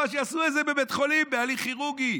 שיעשו את זה בבית חולים בהליך כירורגי,